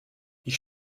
ich